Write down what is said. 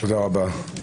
תודה רבה.